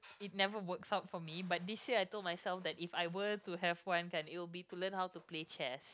it never works out for me but this year I told myself that if I were to have one kind it will be to learn how to play chess